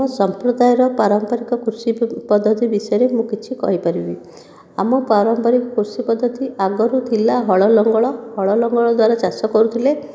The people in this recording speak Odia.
ସମ୍ପ୍ରଦାୟର ପାରମ୍ପରିକ କ୍ରୁଷି ପଦ୍ଧତି ବିଷୟରେ ମୁଁ କିଛି କହିପାରିବି ଆମ ପାରମ୍ପାରିକ କୃଷି ପଦ୍ଧତି ଆଗରୁ ଥିଲା ହଳ ଲଙ୍ଗଳ ହଳ ଲଙ୍ଗଳ ଦ୍ୱାରା ଚାଷ କରୁଥିଲେ